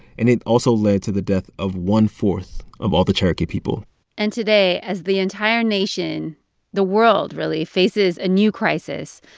and it also led to the death of one-fourth of all the cherokee people and today, as the entire nation the world, really faces a new crisis,